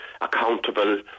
accountable